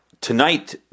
Tonight